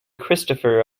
christopher